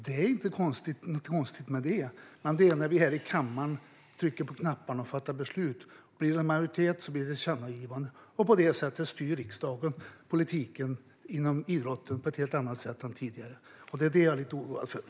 Det är inget konstigt med det. Men när vi trycker på knapparna och fattar beslut i den här kammaren blir det, ifall en majoritet är för det, ett tillkännagivande. Och då skulle riksdagen styra politiken inom idrotten på ett helt annat sätt än tidigare. Det är det jag är lite oroad över.